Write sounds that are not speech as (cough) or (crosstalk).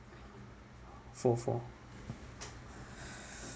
four four (breath)